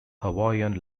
hawaiian